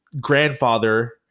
grandfather